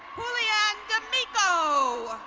julian demico.